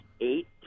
eight